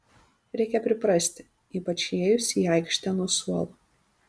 reikia priprasti ypač įėjus į aikštę nuo suolo